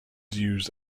used